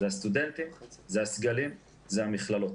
אלה הסטודנטים, אלה הסגלים ואלה המכללות.